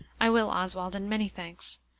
i will, oswald, and many thanks.